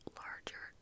larger